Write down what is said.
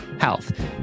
health